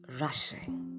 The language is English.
rushing